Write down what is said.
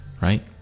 Right